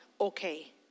okay